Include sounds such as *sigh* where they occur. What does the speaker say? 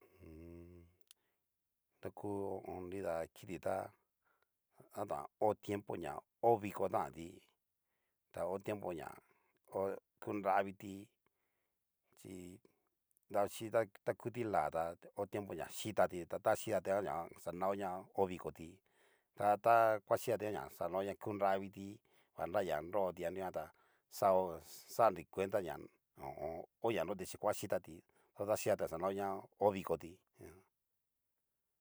*hesitation* ta ku nida kiti tá tatón ña ho tiempo ña hó viko tanti, ta ho tiempo ña ho kunrabiti, chí davaxichi ta ta ku ti'la ta ho tiempo ña xitati, tata xitati nguan na xanao ña ho vikoti tatahuaxitatí nguan ña xanao na ku nraviti vña na nroti a nunguan ta xao xanri cuenta ña ho o on. hó ñanroti chí huaxitati tu ta xitati ta xanao ña ho vikoti.